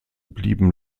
blieben